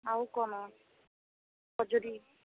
ଆଉ କ'ଣ ଖଜୁରୀ